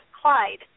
Clyde